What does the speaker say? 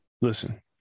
Listen